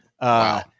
Wow